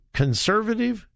conservative